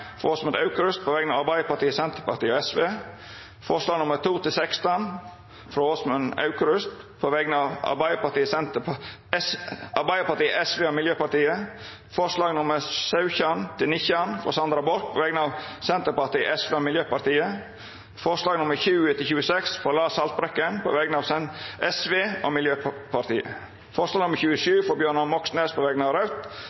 frå Åsmund Aukrust på vegner av Arbeidarpartiet, Senterpartiet og Sosialistisk Venstreparti forslaga nr. 2–16, frå Åsmund Aukrust på vegner av Arbeidarpartiet, Sosialistisk Venstreparti og Miljøpartiet Dei Grøne forslaga nr. 17–19, frå Sandra Borch på vegner av Senterpartiet, Sosialistisk Venstreparti og Miljøpartiet Dei Grøne forslaga nr. 20–26, frå Lars Haltbrekken på vegner av Sosialistisk Venstreparti og Miljøpartiet Dei Grøne forslag nr. 27, frå Bjørnar Moxnes på vegner av Raudt